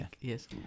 Yes